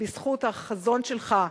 בזכות החזון שלך,